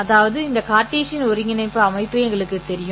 அதாவது இந்த கார்ட்டீசியன் ஒருங்கிணைப்பு அமைப்பு எங்களுக்குத் தெரியும்